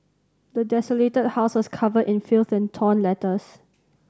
the desolated house was covered in filth and torn letters